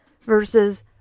versus